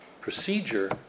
procedure